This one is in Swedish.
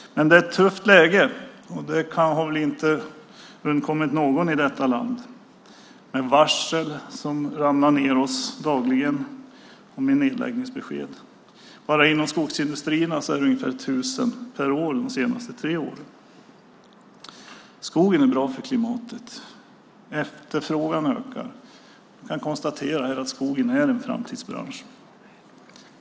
Men det är ett tufft läge - det har väl inte undgått någon i detta land - med dagliga varsel och nedläggningsbesked. Bara inom skogsindustrin har man varslat ungefär tusen personer per år de senaste tre åren. Skogen är bra för klimatet. Efterfrågan ökar. Vi kan konstatera att skogen är en framtidsbransch.